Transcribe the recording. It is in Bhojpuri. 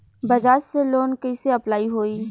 बज़ाज़ से लोन कइसे अप्लाई होई?